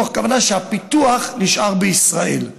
מתוך כוונה שהפיתוח נשאר בישראל.